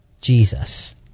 Jesus